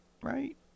right